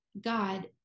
God